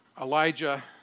Elijah